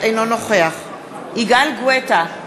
אינו נוכח יגאל גואטה,